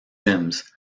sims